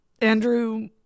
Andrew